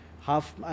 half